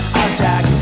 attack